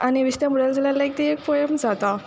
आनी बेश्तें बोरोयलें जाल्या ती एक पोएम जाता